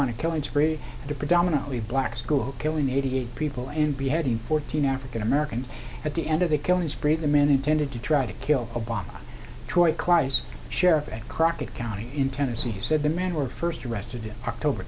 on a killing spree at a predominantly black school killing eighty eight people and beheading fourteen african americans at the end of the killing spree the man intended to try to kill obama troy kleis sheriff and crockett county in tennessee he said the men were first arrested in october